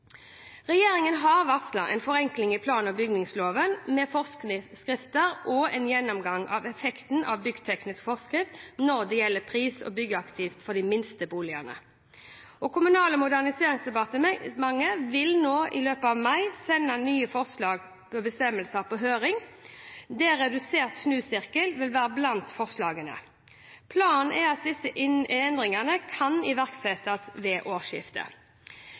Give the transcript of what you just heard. Regjeringen har varslet forenklinger i plan- og bygningsloven med forskrifter og en gjennomgang av effekten av byggteknisk forskrift når det gjelder pris og byggeaktivitet for de minste boligene. Kommunal- og moderniseringsdepartementet vil nå i løpet av mai sende forslag til nye bestemmelser på høring, der redusert snusirkel vil være blant forslagene. Planen er at disse endringene kan iverksettes ved årsskiftet.